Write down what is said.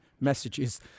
messages